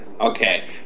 Okay